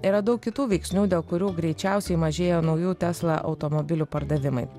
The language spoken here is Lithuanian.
yra daug kitų veiksnių dėl kurių greičiausiai mažėjo naujų tesla automobilių pardavimai